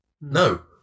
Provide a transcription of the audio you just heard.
No